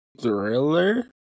thriller